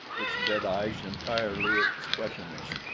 its dead eyes entirely expressionless,